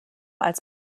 als